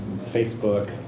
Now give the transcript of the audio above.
Facebook